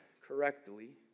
correctly